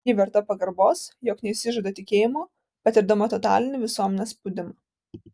ji verta pagarbos jog neišsižada tikėjimo patirdama totalinį visuomenės spaudimą